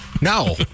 No